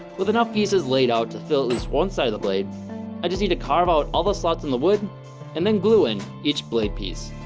with enough pieces laid out to fill at least one side of the blade i just need to carve out all the slots in the wood and then glue in each blade piece